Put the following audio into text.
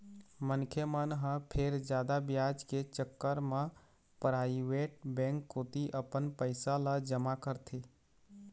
मनखे मन ह फेर जादा बियाज के चक्कर म पराइवेट बेंक कोती अपन पइसा ल जमा करथे